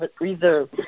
Reserve